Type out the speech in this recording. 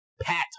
Pat